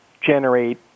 generate